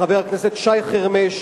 לחבר הכנסת שי חרמש,